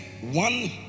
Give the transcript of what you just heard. One